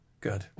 Good